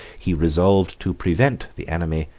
he resolved to prevent the enemy,